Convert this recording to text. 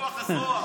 בכוח הזרוע.